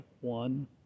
one